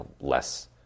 less